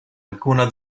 alcuna